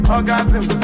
Orgasm